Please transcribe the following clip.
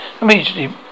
immediately